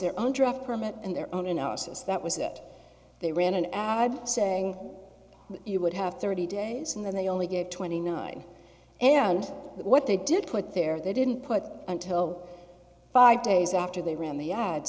their own draft permit and their own analysis that was that they ran an ad saying you would have thirty days and then they only get twenty nine and what they did put there they didn't put until five days after they ran the ad